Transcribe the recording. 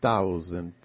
Thousand